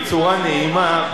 בצורה נעימה,